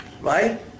Right